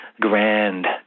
grand